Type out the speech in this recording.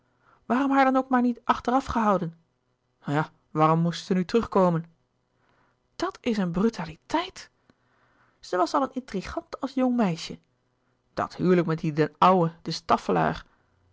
waarom haar dan ook maar niet achteraf gehouden ja waarom moest ze nu terugkomen dat is een brutaliteit ze was al een intrigante als jong meisje dat huwelijk met die den ouden de